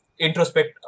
introspect